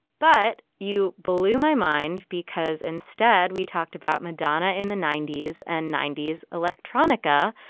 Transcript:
but you blew my mind because instead we talked about madonna in the ninety s and ninety s electronica.